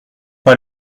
pas